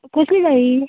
कसली जायी